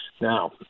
Now